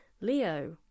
Leo